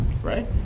Right